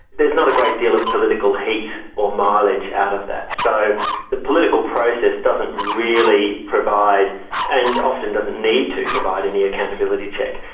there's not a great deal of political heat or mileage out of that. so the political process doesn't really provide and often doesn't need to provide any accountability check.